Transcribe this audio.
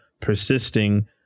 persisting